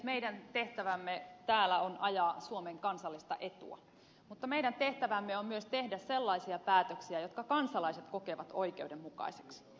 meidän tehtävämme täällä on ajaa suomen kansallista etua mutta meidän tehtävämme on myös tehdä sellaisia päätöksiä jotka kansalaiset kokevat oikeudenmukaisiksi